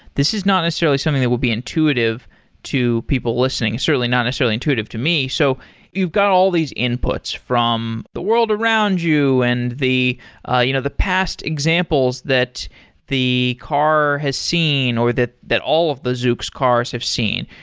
this is not necessarily something that will be intuitive to people listening, certainly not necessarily intuitive to me. so you've got all these inputs from the world around you and the ah you know the past examples that the car has seen or all of the zoox cars have seen.